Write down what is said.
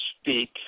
speak